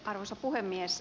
arvoisa puhemies